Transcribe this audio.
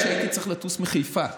האמת שהייתי צריך לטוס מחיפה.